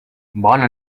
bona